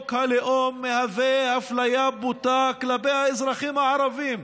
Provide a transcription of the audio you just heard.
הלאום מהווה אפליה בוטה כלפי האזרחים הערבים.